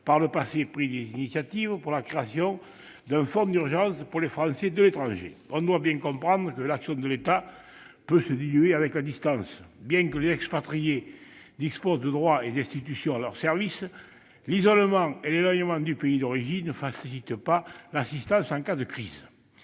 par le passé, pris des initiatives pour créer un fonds d'urgence pour les Français de l'étranger. On doit bien comprendre que l'action de l'État peut se diluer avec la distance. Bien que les expatriés disposent de droits et d'institutions à leur service, l'isolement et l'éloignement du pays d'origine ne facilitent pas l'assistance en cas de crise.